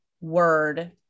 word